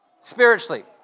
Spiritually